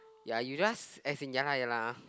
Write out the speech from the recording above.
ya you just as in ya ha ya lah